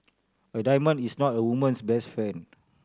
a diamond is not a woman's best friend